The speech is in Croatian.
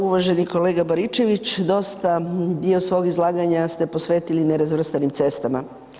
Uvaženi kolega Baričević dosta dio svog izlaganja ste posvetili nerazvrstanim cestama.